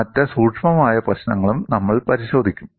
മറ്റ് സൂക്ഷ്മമായ പ്രശ്നങ്ങളും നമ്മൾ പരിശോധിക്കും